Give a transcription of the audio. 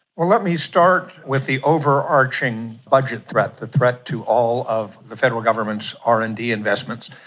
well, let me start with the overarching budget threat, the threat to all of the federal government's r and d investments.